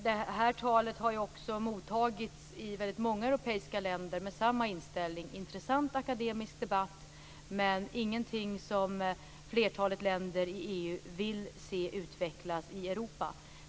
Fischers tal har också mottagits i väldigt många europeiska länder med samma inställning: intressant akademisk debatt, men ingenting som flertalet länder i EU vill se utvecklas i Europa.